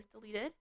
deleted